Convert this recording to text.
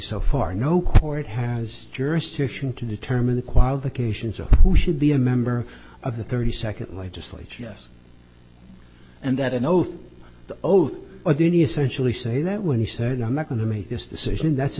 so far no court has jurisdiction to determine the qualifications of who should be a member of the thirty second legislature yes and that an oath oath or did he essentially say that when he said i'm not going to make this decision that's a